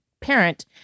parent